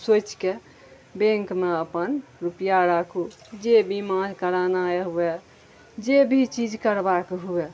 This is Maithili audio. सोचि कऽ बैंकमे अपन रुपैआ राखू जे बीमा कराना अछि हुए जे भी चीज करबाक हुए